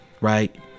right